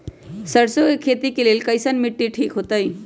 सरसों के खेती के लेल कईसन मिट्टी ठीक हो ताई?